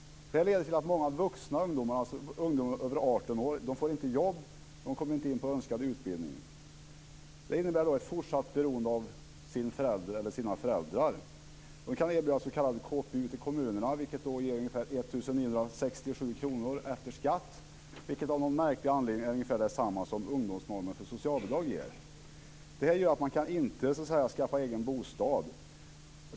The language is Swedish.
Detta leder till att många vuxna ungdomar - ungdomar över 18 år - inte får jobb. De kommer inte in på önskad utbildning. Det innebär ett fortsatt beroende av föräldrarna. Man kan erbjuda s.k. KPU ute i kommunerna, vilket ger 1 967 kr efter skatt, vilket av någon märklig anledning ungefär är detsamma som ungdomsnormen för socialbidrag. Detta gör att man inte kan skaffa egen bostad.